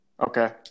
Okay